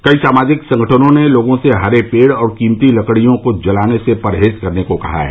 कई सामाजिक संगठनों ने लोगों से हरे पेड़ और कीमती लड़कियों को जलाने से परहेज करने को कहा है